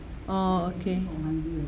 orh orh okay